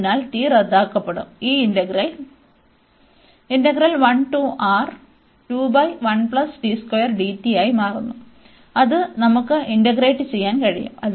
അതിനാൽ t റദ്ദാക്കപ്പെടും ഈ ഇന്റഗ്രൽ ആയി മാറുന്നു അത് നമുക്ക് ഇന്റഗ്രേറ്റ് ചെയ്യാൻ കഴിയും